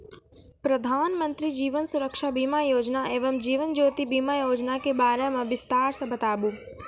प्रधान मंत्री जीवन सुरक्षा बीमा योजना एवं जीवन ज्योति बीमा योजना के बारे मे बिसतार से बताबू?